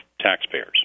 taxpayers